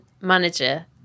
manager